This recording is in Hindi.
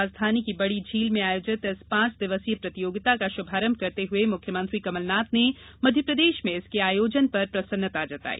राजधानी की बड़ी झील में आयोजित इस पांच दिवसीय प्रतियोगिता का शुभारम्भ करते हुए मुख्यमंत्री कमलनाथ ने मध्यप्रदेश में इसके आयोजन पर प्रसन्नता जताई